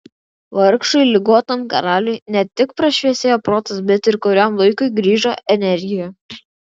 vargšui ligotam karaliui ne tik prašviesėjo protas bet ir kuriam laikui grįžo energija